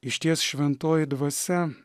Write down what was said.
išties šventoji dvasia